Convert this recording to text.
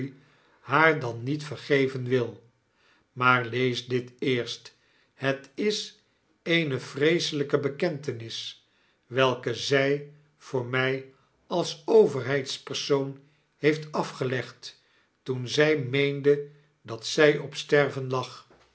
haar dan niet vergcven wil maar lees dit eerst het is eene vreeselyke bekentenis welke zij voor my als overheidspersoon heeft afgelegd toen zy meende dat zy op sterven lag